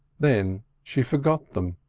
then she forgot them,